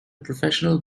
professional